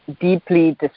deeply